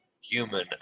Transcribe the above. human